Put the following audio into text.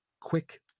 quick